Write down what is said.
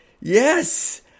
Yes